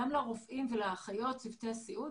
גם לרופאים, האחיות וצוותי הסיעוד